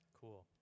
Cool